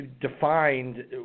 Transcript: defined